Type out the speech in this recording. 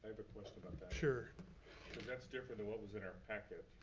i have a question about that. sure. cause that's different than what was in our packet.